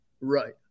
Right